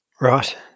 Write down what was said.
Right